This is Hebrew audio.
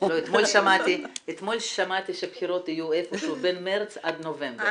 אתמול שמעתי שהבחירות יהיו איפה שהוא בין מרץ עד נובמבר.